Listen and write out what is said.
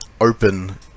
open